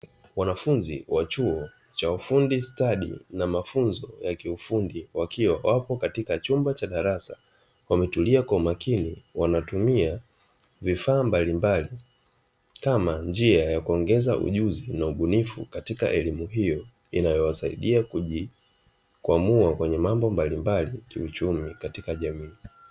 Wanafunzi wa chuo cha ufundi stadi na mafunzo ya kiufundi, wakiwa wapo katika chumba cha darasa wametulia kwa umakini, wanatumia vifaa mbalimbali kama njia ya kuongeza ujuzi na ubunifu katika elimu hiyo; inayowasaidia kujikwamua kwenye mambo mbalimbali kiuchumi katika jamii.